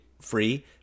free